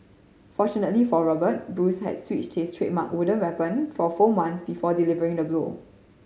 fortunately for Robert Bruce had switched his trademark wooden weapon for foam ones before delivering the blow